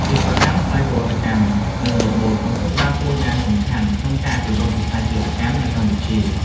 វិស្វកម្មស្វ័យប្រវត្តិកម្ម និងរ៉ូបូតកំពុងតែដើរតួនាទីយ៉ាងសំខាន់ក្នុងការអភិវឌ្ឍវិស័យផលិតកម្មនៅកម្ពុជា។